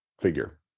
figure